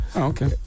Okay